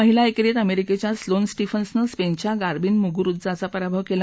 महिला एक्टींत अमरिक्ख्या स्लोन स्टीफन्सनं स्पर्धिया गार्बिन मुगुरुजाचा पराभव कला